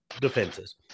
defenses